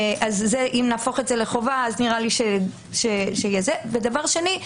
דבר שני,